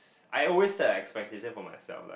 I always set expectation for myself